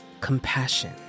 compassion